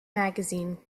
magazine